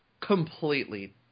Completely